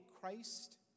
Christ